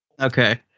Okay